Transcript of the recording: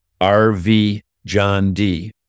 rvjohnd